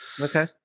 okay